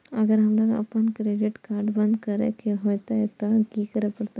अगर हमरा आपन क्रेडिट कार्ड बंद करै के हेतै त की करबै?